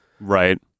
Right